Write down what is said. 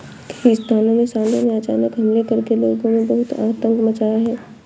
कई स्थानों में सांडों ने अचानक हमले करके लोगों में बहुत आतंक मचाया है